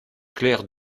claire